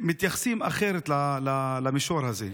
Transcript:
מתייחסים אחרת למישור הזה.